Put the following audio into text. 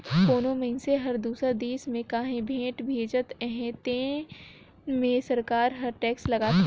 कोनो मइनसे हर दूसर देस में काहीं भेंट भेजत अहे तेन में सरकार हर टेक्स लगाथे